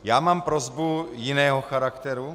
Já mám prosbu jiného charakteru.